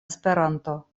esperanto